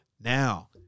Now